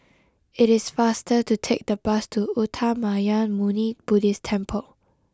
it is faster to take the bus to Uttamayanmuni Buddhist Temple